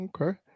Okay